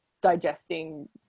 digesting